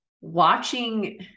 watching